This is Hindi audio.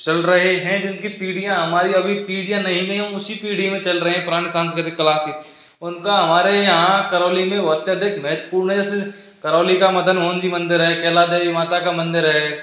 चल रहे हैं जिनकी पीढ़ियाँ हमारी अभी पीढ़ियाँ नहीं गईं हम उसी पीढ़ी में चल रहे हैं पुराने सांस्कृतिक कला से उनका हमारे यहाँ करौली में अत्यधिक महत्वपूर्ण जैसे करौली का मदन मोहन जी मंदिर है कैला देवी माता का मंदिर है